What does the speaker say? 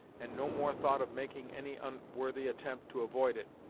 and no more thought of making any unworthy attempt to avoid it,